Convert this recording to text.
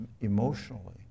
emotionally